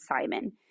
Simon